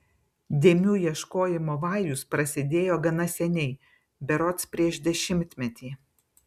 dėmių ieškojimo vajus prasidėjo gana seniai berods prieš dešimtmetį